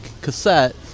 cassette